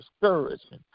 discouraging